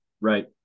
Right